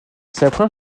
première